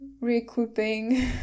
recouping